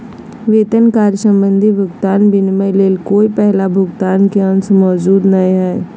वेतन कार्य संबंधी भुगतान विनिमय ले कोय पहला भुगतान के अंश मौजूद नय हइ